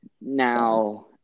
Now